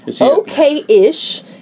okay-ish